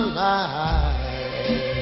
life